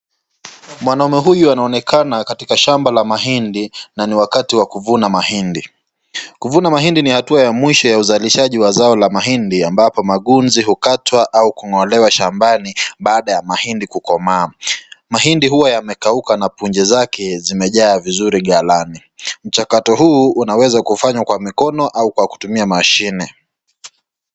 Mwanaume huyu anaonekana katika shamba la mahindi na ni wakati wa kuvuna mahindi. Kuvuna mahindi ni atua ya mwisho ya uzalishaji wa zao mahindi, ambapo magunzi hukatwa au kung'olewa shambani baada ya mahindi kukomaa. Mahindi huwa yamekauka na punje zake zimejaa vizuri galani. Mchakato huu unaweza kufanyiwa kwa mkono au kwa kutumia mashine.